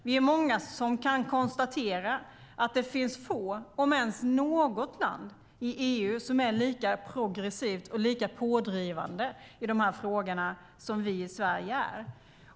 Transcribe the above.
Vi är många som kan konstatera att det finns få länder i EU, om ens något, som är lika progressiva och pådrivande i de här frågorna som Sverige.